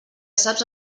saps